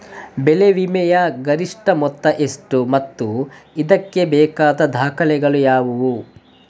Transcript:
ಬೆಳೆ ವಿಮೆಯ ಗರಿಷ್ಠ ಮೊತ್ತ ಎಷ್ಟು ಮತ್ತು ಇದಕ್ಕೆ ಬೇಕಾದ ದಾಖಲೆಗಳು ಯಾವುವು?